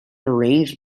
arranged